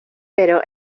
pero